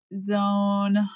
zone